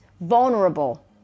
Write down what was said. vulnerable